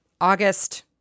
August